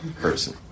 person